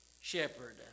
shepherd